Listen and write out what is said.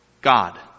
God